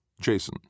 Jason